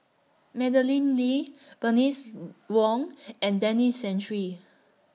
Madeleine Lee Bernice Wong and Denis Santry